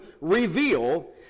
reveal